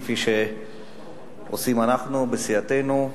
כפי שעושים אנחנו בסיעתנו.